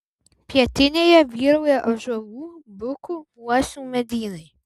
pietinėje vyrauja ąžuolų bukų uosių medynai